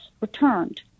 returned